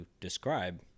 describe